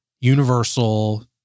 universal